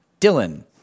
Dylan